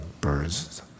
Birds